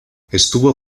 estuvo